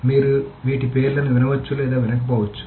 మీరు వీటి పేర్లను వినవచ్చు లేదా వినకపోవచ్చు